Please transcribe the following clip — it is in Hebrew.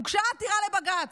הוגשה עתירה לבג"ץ,